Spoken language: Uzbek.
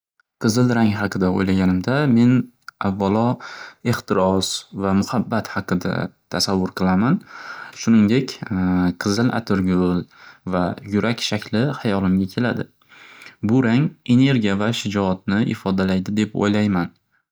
Qizil rang haqida o'ylaganimda men avvalo ehtiros va muhabbat haqida tasavvur qilaman. Shuningdek qizil atirgul va yurak shakli hayolimga keladi. Bu rang energiya va shijoatni ifodalaydi deb o'ylayman.